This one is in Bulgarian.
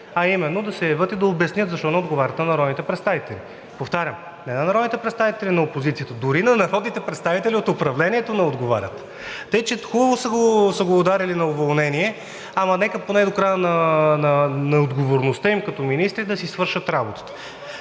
а именно да се явят и да обяснят защо не отговарят на народните представители. Повтарям, на народните представители на опозицията, дори на народните представители от управлението не отговарят! Хубаво са го ударили на уволнение, ама нека поне до края на отговорността им като министри да си свършат работата.